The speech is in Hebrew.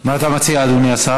מה אתה מציע, אדוני השר?